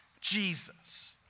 Jesus